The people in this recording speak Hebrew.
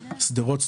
שדרות,